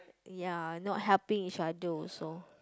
ya you know helping each other also